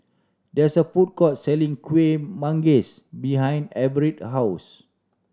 there is a food court selling Kueh Manggis behind Everette house